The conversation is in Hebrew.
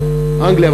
אנגליה,